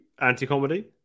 anti-comedy